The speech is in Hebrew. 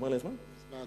נגמר הזמן.